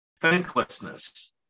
Thanklessness